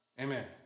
Amen